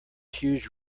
huge